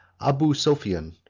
abu sophian,